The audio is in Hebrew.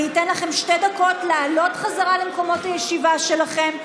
אני אתן לכם שתי דקות לעלות חזרה למקומות הישיבה שלכם,